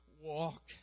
Walk